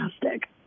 fantastic